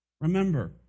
Remember